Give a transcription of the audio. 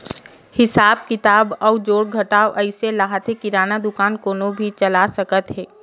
हिसाब किताब अउ जोड़ घटाव अइस ताहाँले किराना दुकान कोनो भी चला सकत हे